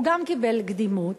הוא גם קיבל קדימות.